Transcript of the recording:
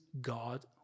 god